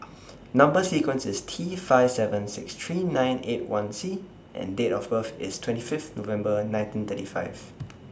Number sequence IS T five seven six three nine eight one C and Date of birth IS twenty Fifth November nineteen thirty five